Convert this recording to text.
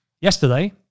yesterday